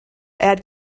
add